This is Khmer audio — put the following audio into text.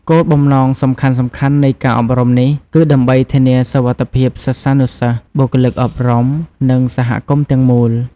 គោលបំណងសំខាន់ៗនៃការអប់រំនេះ គឺដើម្បីធានាសុវត្ថិភាពសិស្សានុសិស្ស បុគ្គលិកអប់រំ និងសហគមន៍ទាំងមូល។